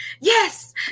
Yes